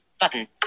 button